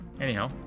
Anyhow